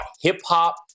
hip-hop